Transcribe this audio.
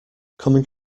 coming